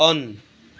on